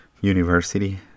university